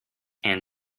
and